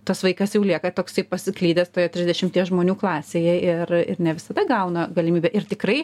tas vaikas jau lieka toksai pasiklydęs toje trisdešimties žmonių klasėje ir ir ne visada gauna galimybę ir tikrai